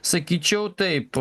sakyčiau taip